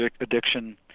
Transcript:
addiction